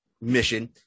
mission